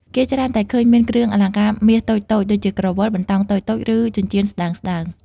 គេច្រើនតែឃើញមានគ្រឿងអលង្ការមាសតូចៗ ដូចជា ក្រវិល បន្តោងតូចៗ ឬចិញ្ចៀនស្ដើងៗ។